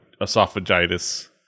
esophagitis